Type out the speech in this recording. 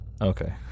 Okay